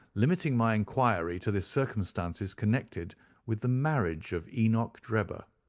limiting my enquiry to the circumstances connected with the marriage of enoch drebber.